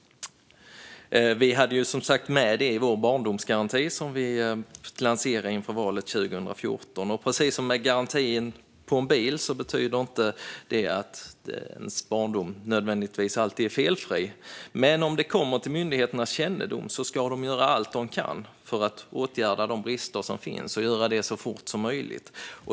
Vi hade som sagt med detta i vår barndomsgaranti, som vi lanserade inför valet 2014. Precis som när det gäller garantin på en bil betyder inte en barndomsgaranti att ens barndom nödvändigtvis alltid är felfri, men om brister kommer till myndigheternas kännedom ska dessa göra allt de kan för att åtgärda dessa brister så fort som möjligt.